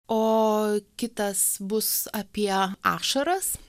o kitas bus apie ašaras